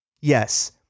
Yes